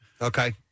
Okay